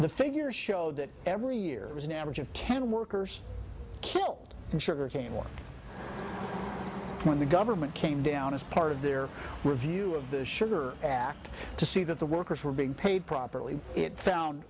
the figures show that every year was an average of ten workers killed and sugarcane was when the government came down as part of their review of the sugar act to see that the workers were being paid properly it found